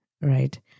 right